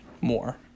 more